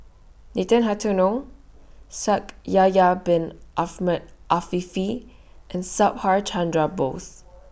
Nathan Hartono Shaikh Yahya Bin Ahmed Afifi and Subhas Chandra Bose